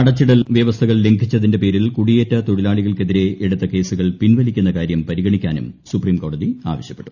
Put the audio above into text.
അടച്ചിടൽ വൃവസ്ഥകൾ ലംഘിച്ചതിന്റെ പേരിൽ കുടിയേറ്റ തൊഴിലാളികൾക്കെതിരെ എടുത്ത കേസുകൾ പിൻവലിക്കുന്ന കാര്യം പരിഗണിക്കാനും സുപ്രീംകോടതി ആവശ്യപ്പെട്ടു